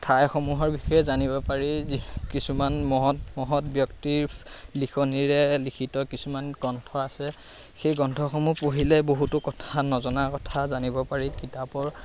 ঠাইসমূহৰ বিষয়ে জানিব পাৰি যি কিছুমান মহৎ মহৎ ব্যক্তিৰ লিখনিৰে লিখিত কিছুমান গ্ৰন্থ আছে সেই গ্ৰন্থসমূহ পঢ়িলে বহুতো কথা নজনা কথা জানিব পাৰি কিতাপৰ